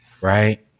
right